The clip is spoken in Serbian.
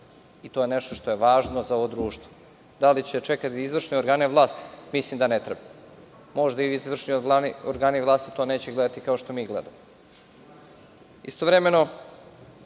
To je nešto što je važno za ovo društvo. Da li treba da čekamo izvršne organe vlasti? Mislim da ne treba. Jer, možda izvršni organi vlasti na to neće gledati kao što mi gledamo. Istovremeno,